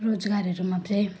रोजगारहरूमा चाहिँ